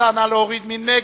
מי נגד?